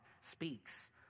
speaks